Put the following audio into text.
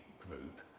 group